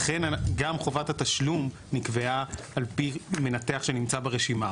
לכן גם חובת התשלום נקבעה על פי מנתח שנמצא ברשימה.